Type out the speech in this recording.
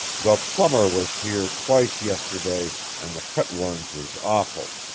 the plummer was hear twice yisterday and the cutworms is awfle.